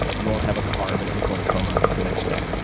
you won't have a carb and insulin coma the next day.